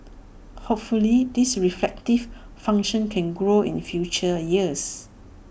hopefully this reflective function can grow in future years